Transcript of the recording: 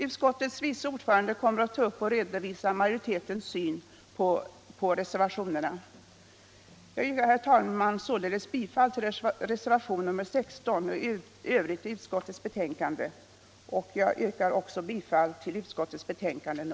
Utskottets vice ordförande kommer att ta upp och redovisa majoritetens syn på Vad gäller betänkandet 22 yrkar jag således nu bifall till reservationen 16 och i övrigt bifall till utskottets hemställan. Beträffande betänkandet 26 yrkar jag bifall till utskottets hemställan.